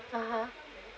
mmhmm